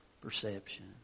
perception